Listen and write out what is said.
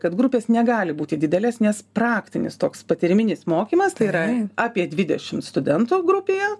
kad grupės negali būti didelės nes praktinis toks patyriminis mokymas tai yra apie dvidešim studentų grupėje